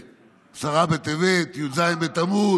כל ארבעת הצומות האלה: עשרה בטבת, י"ז בתמוז,